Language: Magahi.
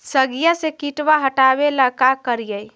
सगिया से किटवा हाटाबेला का कारिये?